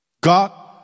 God